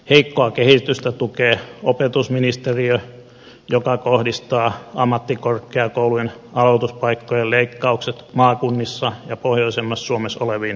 heikkoa kehitystä tukee opetusministeriö joka kohdistaa ammattikorkeakoulujen aloituspaikkojen leikkaukset maakunnissa ja pohjoisemmassa suomessa oleviin ammattikorkeakouluihin